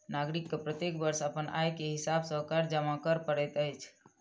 नागरिक के प्रत्येक वर्ष अपन आय के हिसाब सॅ कर जमा कर पड़ैत अछि